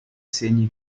segni